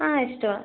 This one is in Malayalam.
ആ ഇഷ്ടമാണ്